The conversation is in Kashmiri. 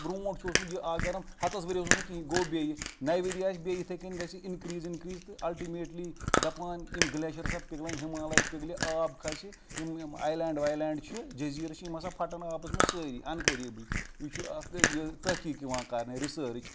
بروںٛٹھ چھِ اوسمُت یہِ اگرَن ہَتَس ؤرۍ یَس اوس نہٕ کِہیٖنۍ گوٚو بیٚیہِ نَیہِ ؤرۍ یہِ آسہِ بیٚیہِ یِتھَے کٔنۍ گژھِ اِنکِرٛیٖز اِنکِرٛیٖز تہٕ اَلٹٕمیٹلی دَپان یِم گٕلیشَر ہَسا پِگلَن ہِمالَے پِگلہِ آب کھَسہِ یِم یِم آیلینٛڈ وایلینٛڈ چھِ جٔزیٖرٕ چھِ یِم ہَسا پھَٹَن آبَس منٛز سٲری اَنقریٖبٕے یہِ چھُ اَکھٕ یہِ تحقیٖق یِوان کَرنہٕ رِسٲرٕچ